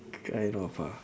kind of ah